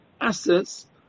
assets